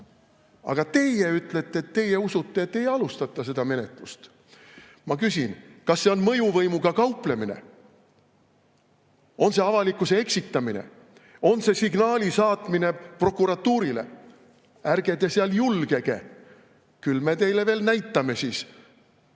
Teie ütlete, et teie usute, et ei alustata seda menetlust. Ma küsin: kas see on mõjuvõimuga kauplemine? On see avalikkuse eksitamine? On see signaali saatmine prokuratuurile, et ärge te seal julgege, küll me teile veel näitame siis?